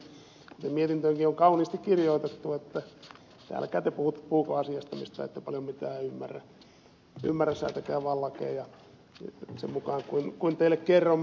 silloin meille vakuutettiin ja mietintöönkin on kauniisti kirjoitettu että älkää te puhuko asiasta mistä ette paljon mitään ymmärrä säätäkää vaan lakeja sen mukaan kuin teille kerromme